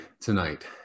tonight